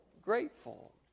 grateful